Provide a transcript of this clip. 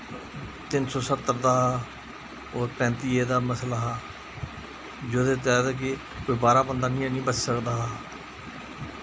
तिन्न सौ सत्तर पैंती ए दा मसला हा जेह्दे कारण कि कोई बाह्रा दा बंदा आनियै नी बस्सी सकदा हा